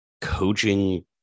coaching